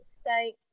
State